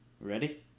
Ready